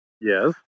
Yes